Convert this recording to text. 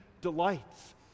delights